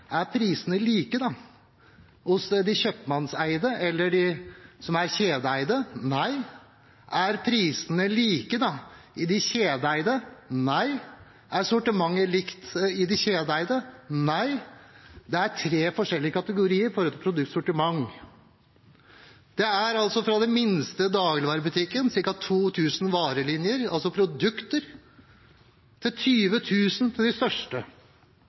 prisene er like hos de kjøpmannseide og de kjedeeide. Nei, de er ikke det. Er prisene like blant de kjedeeide? Nei, de er ikke det. Er sortimentet likt blant de kjedeeide? Nei, det er ikke det. Det er tre forskjellige kategorier for et produkts sortiment. Det er fra ca. 2 000 varelinjer, altså produkter, i de minste dagligvarebutikkene til 20 000 i de største.